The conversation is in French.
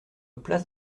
place